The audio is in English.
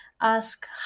ask